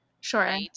Sure